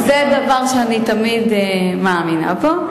זה דבר שאני תמיד מאמינה בו.